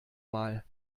mal